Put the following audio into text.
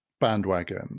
bandwagon